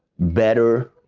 better,